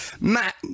Matt